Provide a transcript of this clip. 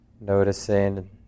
noticing